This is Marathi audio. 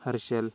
हर्षल